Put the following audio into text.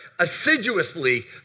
assiduously